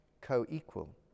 co-equal